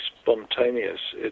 spontaneous